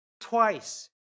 twice